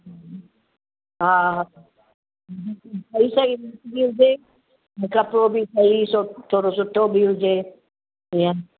हा सही सही बि हुजे हुनखां पोइ बि सही थोरो सुठो बि हुजे हीअ